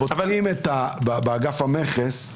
בודקים במכס-